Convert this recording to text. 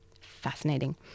Fascinating